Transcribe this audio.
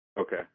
okay